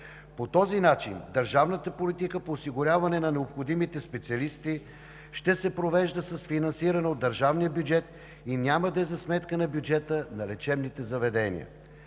По този начин държавната политика по осигуряване на необходимите специалисти ще се провежда с финансиране от държавния бюджет и няма да е за сметка на бюджета на лечебните заведения.